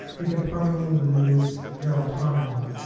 you can permanently lose your autonomy.